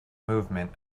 movement